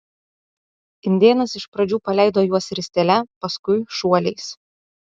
indėnas iš pradžių paleido juos ristele paskui šuoliais